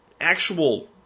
actual